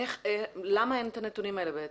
למה בעצם אין הנתונים האלה?